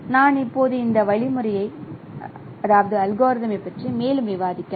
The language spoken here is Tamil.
நான் இப்போது இந்த வழிமுறையை மேலும் விவாதிக்கலாம்